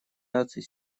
наций